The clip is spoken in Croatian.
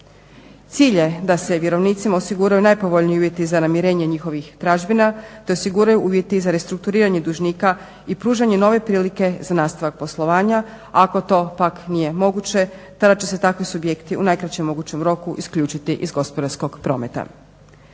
Cilj je da se vjerovnicima osiguraju najpovoljniji uvjeti za namirenje njihovih tražbina te osiguraju uvjeti za restrukturiranje dužnika i pružanje nove prilike za nastavak poslovanja a ako to pak nije moguće tada će se takvi subjekti u najkraćem mogućem roku isključiti iz gospodarskog prometa.